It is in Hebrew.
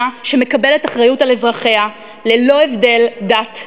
שמקבלת אחריות לאזרחיה ללא הבדל דת,